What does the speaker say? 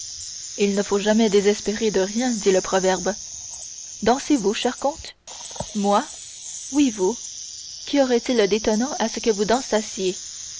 il ne faut jamais désespérer de rien dit le proverbe dansez vous cher comte moi oui vous qu'y aurait-il d'étonnant à ce que vous dansassiez